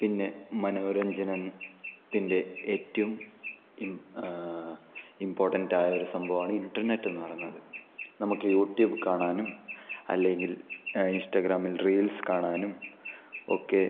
പിന്നെ മനോരഞ്ജനൻ ത്തിന്റെ ഏറ്റവും ഇമ് ഇംപോർട്ടന്റായ ഒരു സംഭവ മാണ് ഇന്റർനെറ്റ് എന്ന് പറയുന്നത് നമുക്ക് യൂട്യൂബ് കാണാനും അല്ലെങ്കിൽ ഇൻസ്റ്റഗ്രാമിൽ റീൽസ് കാണാനും ഒക്കെ